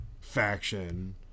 faction